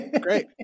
great